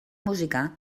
música